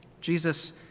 Jesus